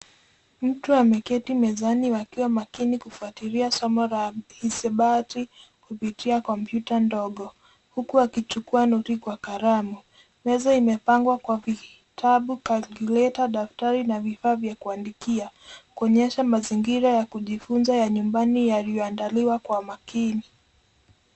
Mtu ameketi mezani wakiwa makini kufuatilia somo la hisabati kupitia kompyuta ndogo huku akichukua notes kwa kalamu. Meza imepangwa kwa vitabu, calculator ,daftari na vifaa vya kuandikia kuonyesha mazingira ya kujifunza ya nyumbani yaliyoandaliwa kwa makini.